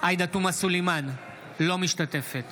עאידה תומא סלימאן, אינה משתתפת